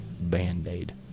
band-aid